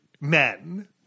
men